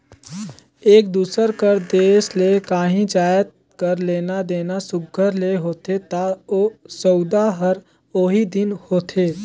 एक दूसर कर देस ले काहीं जाएत कर लेना देना सुग्घर ले होथे ता ओ सउदा हर ओही दिन होथे